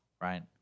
right